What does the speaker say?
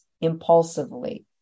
impulsively